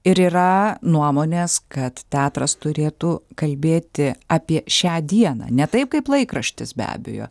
ir yra nuomonės kad teatras turėtų kalbėti apie šią dieną ne taip kaip laikraštis be abejo